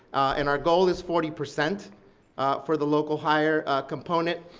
and our goal is forty percent for the local hire component,